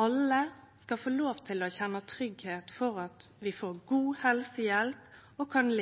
Alle skal få lov til å kjenne seg trygge på at dei får god helsehjelp og kan